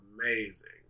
amazing